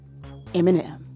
Eminem